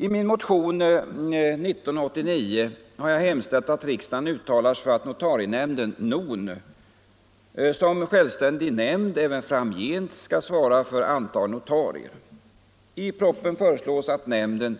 I min motion 1989 har jag hemställt att riksdagen uttalar sig för att notarienämnden, NON, som självständig nämnd även framgent skall svara för antagning av notarier. I propositionen föreslås att nämnden,